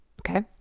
Okay